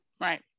Right